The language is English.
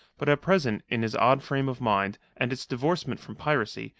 but at present, in his odd frame of mind, and its divorcement from piracy,